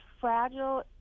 fragile